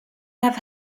have